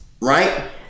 right